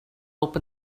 open